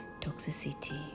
toxicity